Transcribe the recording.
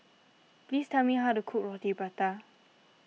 please tell me how to cook Roti Prata